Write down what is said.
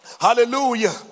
Hallelujah